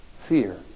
fear